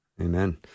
Amen